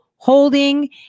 holding